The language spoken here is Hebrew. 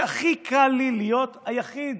והכי קל לי להיות היחיד